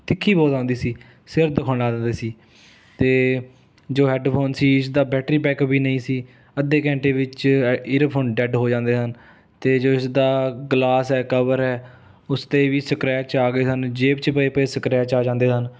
ਤਿੱਖੀ ਬਹੁਤ ਆਉਂਦੀ ਸੀ ਸਿਰ ਦੁੱਖਣ ਲਾ ਦਿੰਦੇ ਸੀ ਅਤੇ ਜੋ ਹੈੱਡਫ਼ੋਨ ਸੀ ਇਸ ਦਾ ਬੈਟਰੀ ਬੈਕਅੱਪ ਵੀ ਨਹੀਂ ਸੀ ਅੱਧੇ ਘੰਟੇ ਵਿੱਚ ਅ ਈਅਰਫ਼ੋਨ ਡੈਡ ਹੋ ਜਾਂਦੇ ਹਨ ਅਤੇ ਜੋ ਇਸਦਾ ਗਲਾਸ ਹੈ ਕਵਰ ਹੈ ਉਸ 'ਤੇ ਵੀ ਸਕ੍ਰੈਚ ਆ ਗਏ ਸਨ ਜੇਬ 'ਚ ਪਏ ਪਏ ਸਕ੍ਰੈਚ ਆ ਜਾਂਦੇ ਸਨ